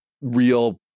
real